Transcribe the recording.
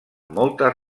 moltes